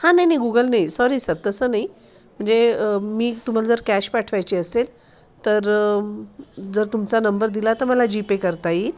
हा नाही नाही गुगल नाही सॉरी सर तसं नाही म्हणजे मी तुम्हाला जर कॅश पाठवायची असेल तर जर तुमचा नंबर दिला तर मला जीपे करता येईल